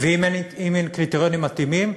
ואם אין קריטריונים מתאימים,